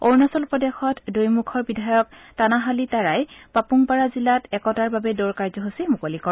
অৰুণাচল প্ৰদেশত দৈমুখৰ বিধায়ক টানাহালি তাৰাই পাপুংপাৰা জিলাত একতাৰ বাবে দৌৰ কাৰ্যসূচী মুকলি কৰে